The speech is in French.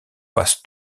passe